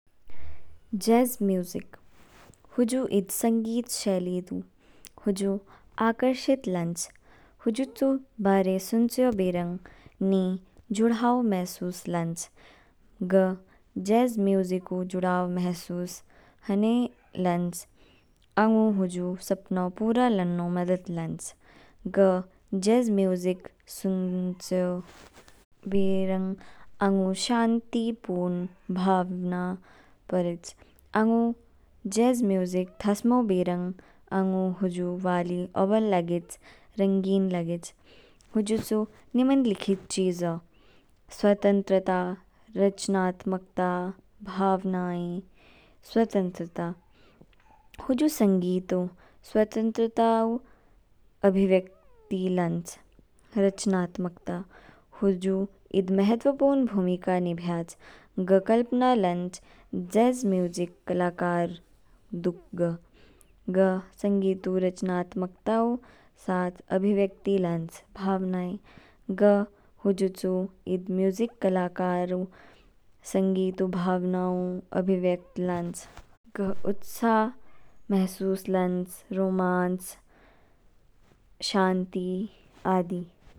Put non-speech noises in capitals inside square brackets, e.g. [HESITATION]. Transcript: Jazz music, हुजु ईद संगीतशैली दु। हुजु आकर्षक लानच, हुजु चु बारे सुनचयो बेरंग नि जुडाव महसूस लानच। ग जैज म्यूजिक ऊ जुडाव महसूस हनै लानच, आंगु हुजु सपना ऊ पूरा लान्नौ मदद लानच। ग जैज म्यूजिक सुनचयो [HESITATION] बेरंग आंगु शांतिपूर्ण भावना पौरेच। आंगु जैज म्यूजिक थासमो बेरंग आंगु हुजु वाली औबल लागेच, रंगीन लागेच। हुजुचू निम्नलिखित चीजौ, स्वतंत्रता, रचनात्मकता, भावनाएं। स्वतंत्रता हुजु संगीत ऊ स्वतंत्रता ऊ अभिव्यक्ति लानच। रचनात्मकता, हुजु ईद महत्वपूर्ण भूमिका निभेच, ग कल्पना लानच जैज म्यूजिक कलाकार तुक ग। ग संगीत ऊ रचनात्मकता ऊ साथ अभिव्यक्ति लानच। भावनाएँ, ग हुजु चु ईद म्यूजिक कलाकार ऊ संगीत ऊ भावना ऊ अभिव्यक्त लानच। ग उत्साह महसूस लानच, रोमांस, शांति आदि।